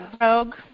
Rogue